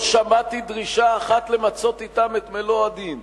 לא שמעתי דרישה אחת למצות אתם את מלוא הדין,